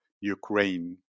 ukraine